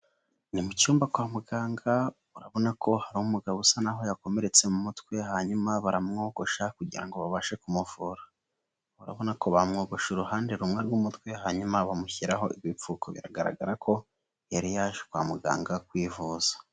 Ni mu cyumba kwa muganga, urabona ko hari umugabo usa n'aho yakomeretse mu mutwe hanyuma baramwogosha kugira ngo babashe kumuvura, urabona ko bamwogosha uruhande rumwe rw'umutwe hanyuma bamushyiraho ibipfuko, bigaragara ko yari yaje kwa muganga kwivuza.